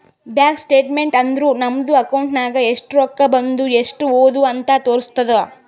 bank statement ಅಂದುರ್ ನಮ್ದು account ನಾಗ್ ಎಸ್ಟ್ ರೊಕ್ಕಾ ಬಂದು ಎಸ್ಟ್ ಹೋದು ಅಂತ್ ತೋರುಸ್ತುದ್